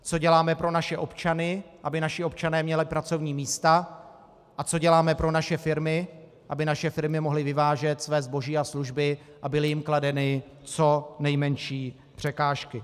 Co děláme pro naše občany, aby naši občané měli pracovní místa, a co děláme pro naše firmy, aby naše firmy mohly vyvážet své zboží a služby a byly jim kladeny co nejmenší překážky.